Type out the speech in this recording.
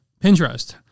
Pinterest